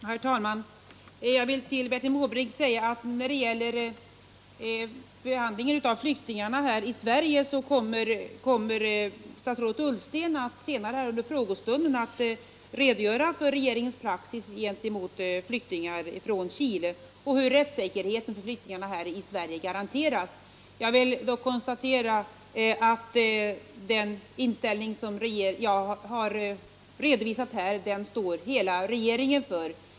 Herr talman! Jag vill till Bertil Måbrink säga att när det gäller behandlingen av flyktingar här i Sverige kommer statsrådet Ullsten att senare under frågestunden redogöra för regeringens praxis beträffande flyktingar från Chile och för hur rättssäkerheten för flyktingarna här i Sverige garanteras. Den inställning som jag nu redovisat står hela regeringen bakom.